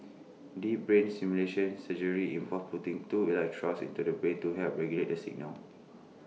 deep brain stimulation surgery involves putting two electrodes into the brain to help regulate the signals